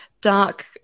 dark